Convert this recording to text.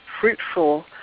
fruitful